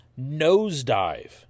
nosedive